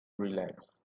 relaxed